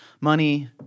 money